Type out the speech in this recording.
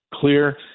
clear